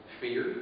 Fear